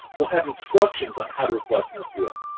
will have instructions on how to request an appeal.